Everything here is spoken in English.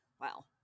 wow